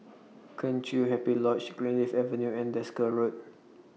Kheng Chiu Happy Lodge Greenleaf Avenue and Desker Road